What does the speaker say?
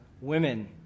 women